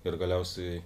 ir galiausiai